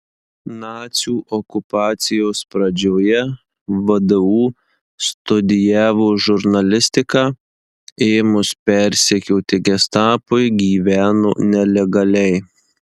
nacių okupacijos pradžioje vdu studijavo žurnalistiką ėmus persekioti gestapui gyveno nelegaliai